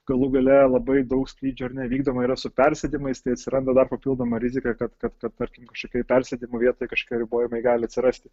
galų gale labai daug skrydžių ar ne vykdoma yra su persėdimais tai atsiranda dar papildoma rizika kad kad kad tarkim kažkokioj persėdimo vietoj kažkokie ribojimai gali atsirasti